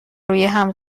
رویهم